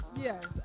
Yes